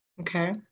Okay